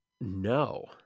No